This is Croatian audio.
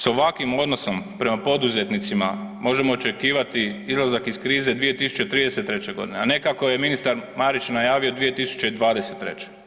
S ovakvim odnosnom prema poduzetnicima možemo očekivati izlazak iz krize 2033.g., a ne kako je ministar Marić najavio 2023.